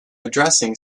addressing